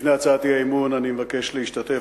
לפני הצעת האי-אמון אני מבקש להשתתף